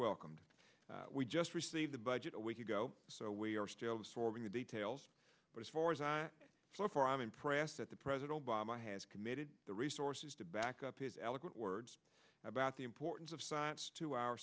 welcomed we just received the budget a week ago so we are still absorbing the details but as far as i look for i'm impressed that the president obama has committed the resources to back up his eloquent words about the importance of science to our